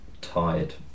Tired